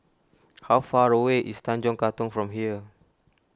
how far away is Tanjong Katong from here